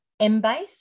Embase